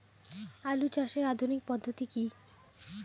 আলু চাষের আধুনিক পদ্ধতি কি?